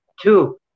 Two